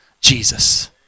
Jesus